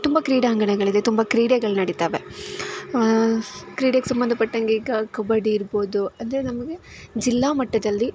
ತುಂಬ ಕ್ರೀಡಾಂಗಣಗಳಿದೆ ತುಂಬ ಕ್ರೀಡೆಗಳು ನಡಿತವೆ ಕ್ರೀಡೆಗೆ ಸಂಬಂಧ ಪಟ್ಟಂತೆ ಈಗ ಕಬಡ್ಡಿ ಇರ್ಬೋದು ಅದೇ ನಮಗೆ ಜಿಲ್ಲಾ ಮಟ್ಟದಲ್ಲಿ